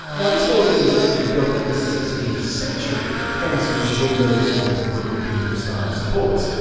now this building was actually built in the sixteenth century. hence these windows, and wooden beam style supports.